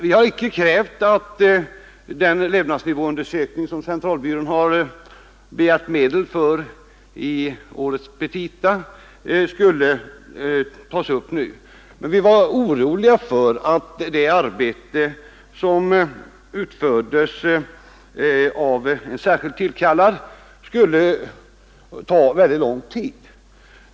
Vi har icke krävt att den levnadsnivåundersökning som centralbyrån begärt medel för i årets petita skulle tas upp nu. Vi var oroliga för att det arbete som utförs av en särskilt tillkallad sakkunnig skulle ta alltför lång tid.